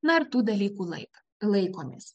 na ir tų dalykų laika laikomės